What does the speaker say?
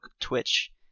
Twitch